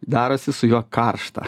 darosi su juo karšta